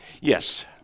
Yes